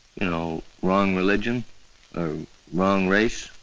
you know, wrong religion or wrong race,